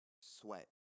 sweat